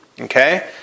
Okay